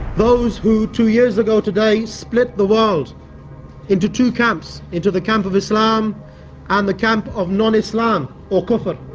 those who two years ago today split the world into two camps into the camp of islam and the camp of non islam or cover